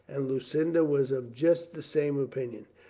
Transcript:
and lucinda was of just the same opinion.